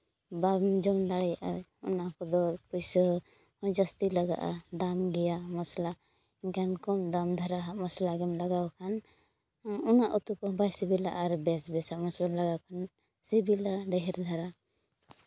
ᱵᱟᱢ ᱡᱚᱢ ᱫᱟᱲᱮᱭᱟᱜᱼᱟ ᱚᱱᱟ ᱠᱚᱫᱚ ᱯᱩᱭᱥᱟᱹ ᱦᱚᱸ ᱡᱟᱹᱥᱛᱤ ᱞᱟᱜᱟᱜᱼᱟ ᱫᱟᱢ ᱜᱮᱭᱟ ᱢᱚᱥᱞᱟ ᱮᱱᱠᱷᱟᱱ ᱫᱟᱢ ᱫᱷᱟᱨᱟ ᱟᱜ ᱢᱚᱥᱞᱟ ᱠᱚᱢ ᱞᱟᱜᱟᱣ ᱠᱷᱟᱱ ᱩᱱᱟᱹᱜ ᱩᱛᱩ ᱠᱚᱦᱚᱸ ᱵᱟᱭ ᱥᱤᱵᱤᱞᱟ ᱟᱨ ᱵᱮᱥ ᱵᱮᱥᱟᱜ ᱢᱚᱥᱞᱟᱢ ᱞᱟᱜᱟᱣ ᱠᱷᱟᱱ ᱥᱤᱵᱤᱞᱟ ᱰᱷᱮᱨ ᱫᱷᱟᱨᱟ